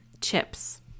chips